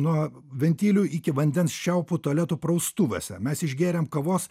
nuo ventilių iki vandens čiaupų tualetų praustuvuose mes išgėrėm kavos